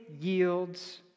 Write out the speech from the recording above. yields